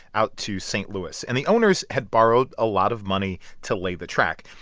out to st. louis. and the owners had borrowed a lot of money to lay the track.